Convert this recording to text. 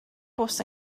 bws